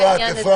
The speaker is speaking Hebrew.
הוועדה